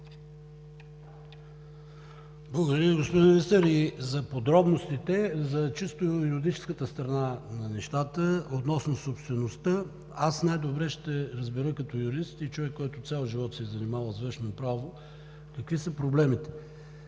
Благодаря Ви, господин Министър, и за подробностите. За чисто юридическата страна на нещата относно собствеността аз най-добре ще разбера като юрист и човек, който цял живот се е занимавал с вещно право, какви са проблемите.